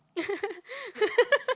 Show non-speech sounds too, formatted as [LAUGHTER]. [LAUGHS]